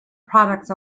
products